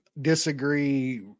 disagree